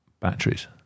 Batteries